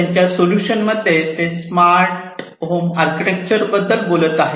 त्यांच्या सोल्युशन मध्ये ते स्मार्ट होम आर्किटेक्चर बद्दल बोलत आहेत